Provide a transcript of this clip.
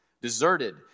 deserted